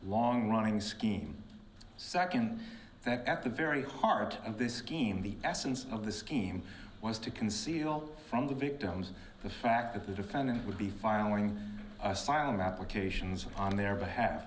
long running scheme second that at the very heart of this scheme the essence of the scheme was to conceal from the victims the fact that the defendant would be filing asylum applications on their behalf